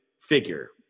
figure